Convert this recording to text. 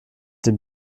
dem